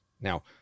Now